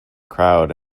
crowd